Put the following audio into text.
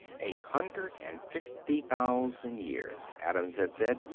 a hundred and fifty thousand years, adams had said,